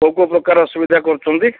କେଉଁ କେଉଁ ପ୍ରକାର ଅସୁବିଧା କରୁଛନ୍ତି